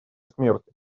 смерти